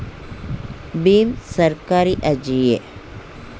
ಭೀಮ್ ಸರ್ಕಾರಿ ಅರ್ಜಿಯೇ?